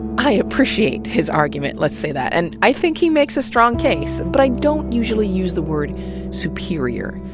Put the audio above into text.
i appreciate his argument, let's say that, and i think he makes a strong case, but i don't usually use the word superior.